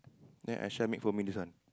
ya Aisyah make for me this one